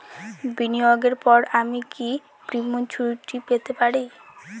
বিনিয়োগের পর আমি কি প্রিম্যচুরিটি পেতে পারি?